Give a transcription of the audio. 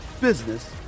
business